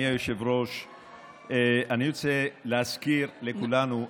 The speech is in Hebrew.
אני רוצה להזכיר לכולנו,